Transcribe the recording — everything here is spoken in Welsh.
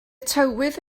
tywydd